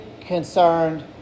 concerned